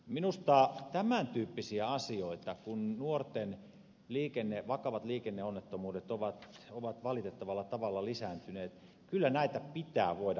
minusta tämän tyyppisiä asioita kun nuorten vakavat liikenneonnettomuudet ovat valitettavalla tavalla lisääntyneet kyllä pitää voida harkita uudelleen